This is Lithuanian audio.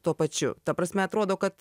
tuo pačiu ta prasme atrodo kad